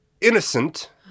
Innocent